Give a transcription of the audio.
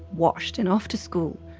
washed and off to school,